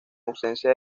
ausencia